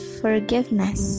forgiveness